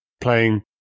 playing